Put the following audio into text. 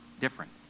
different